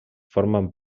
formen